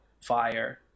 fire